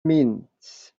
meant